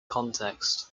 context